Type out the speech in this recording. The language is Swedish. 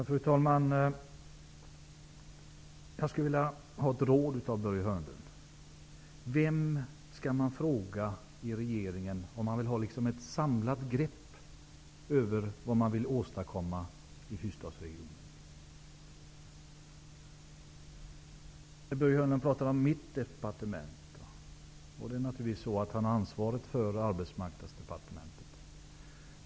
Fru talman! Jag skulle vilja ha ett råd av Börje Hörnlund. Vem i regeringen skall man fråga om man vill ha ett samlat grepp om vad som är önskvärt att åstadkomma i fyrstadsregionen? Börje Hörnlund säger ''mitt departement''. Det är naturligtvis så, att han har ansvaret för arbetsmarknadsdepartementet.